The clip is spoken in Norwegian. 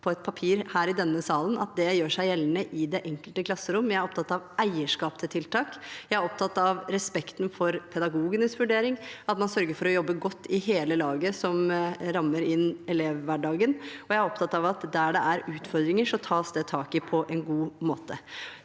på et papir her i denne salen, gjør det seg gjeldende i det enkelte klasserom. Jeg er opptatt av eierskap til tiltak, jeg er opptatt av respekten for pedagogenes vurdering, at man sørger for å jobbe godt i hele laget som rammer inn elevhverdagen, og jeg er opptatt av at der det er utfordringer, tas det tak i dem på en god måte.